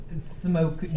smoke